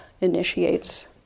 initiates